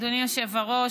אדוני היושב-ראש,